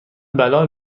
بلال